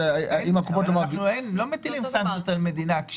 אנחנו לא מטילים סנקציות על מדינה.